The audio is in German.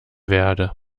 werde